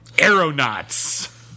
Aeronauts